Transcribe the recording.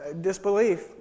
disbelief